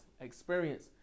experience